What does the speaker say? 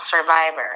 survivor